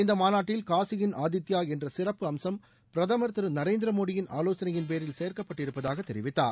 இந்த மாநாட்டில் காசியின் ஆதித்யா என்ற சிறப்பு அம்சம் பிரதம் திரு நரேந்திர மோடியின் ஆலோசனையின்பேரின் சேர்க்கப்பட்டிருப்பதாக தெரிவித்தார்